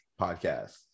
podcast